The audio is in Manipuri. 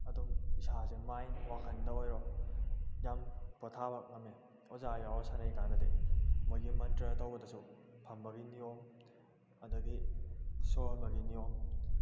ꯑꯗꯨꯝ ꯏꯁꯥꯁꯦ ꯃꯥꯏꯟ ꯋꯥꯈꯟꯗ ꯑꯣꯏꯔꯣ ꯌꯥꯝ ꯄꯣꯊꯥꯕ ꯉꯝꯃꯦ ꯑꯣꯖꯥ ꯌꯥꯎꯔ ꯁꯥꯟꯅꯩ ꯀꯥꯟꯗꯗꯤ ꯃꯣꯏꯒꯤ ꯃꯟꯇ꯭ꯔ ꯇꯧꯕꯗꯁꯨ ꯐꯝꯕꯒꯤ ꯅꯤꯌꯣꯝ ꯑꯗꯒꯤ ꯁꯣꯔ ꯍꯣꯟꯕꯒꯤ ꯅꯤꯌꯣꯝ